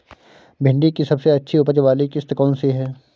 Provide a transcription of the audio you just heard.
भिंडी की सबसे अच्छी उपज वाली किश्त कौन सी है?